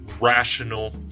rational